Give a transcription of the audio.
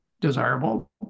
desirable